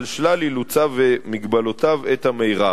על שלל אילוציו ומגבלותיו, את המירב.